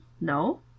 No